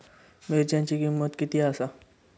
मिरच्यांची किंमत किती आसा?